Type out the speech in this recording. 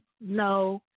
no